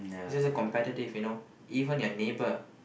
is just so competitive you know even your neighbor